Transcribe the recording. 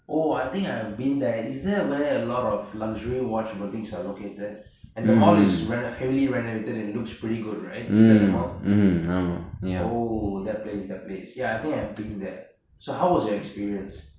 oh I think I have been there is there where a lot of luxury watch boutiques are located and the mall is ren~ uh heavily renovated and it looks pretty good right is that the mall oh that place that place ya I think I have been there so how was your experience